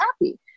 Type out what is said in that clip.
happy